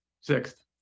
Sixth